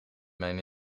mijn